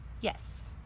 yes